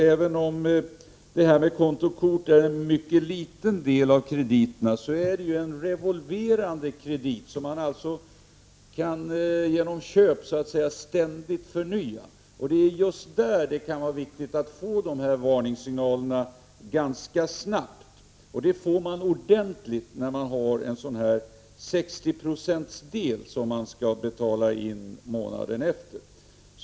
Även om kontokorten utgör en mycket liten del av krediterna, är det en revolverande kredit, som man genom köp ständigt kan förnya. Det är just där det kan vara viktigt att få varningssignalerna ganska snabbt. Det får man ordentligt med en 60-procentsdel som skall betalas in månaden efter.